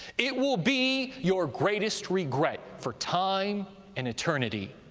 it will be your greatest regret for time and eternity.